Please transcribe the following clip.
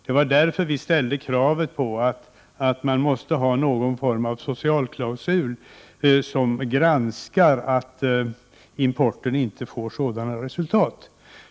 Det var för att granska att importen inte får sådana resultat som vi ställde kravet på någon form av socialklausul.